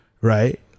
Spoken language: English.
right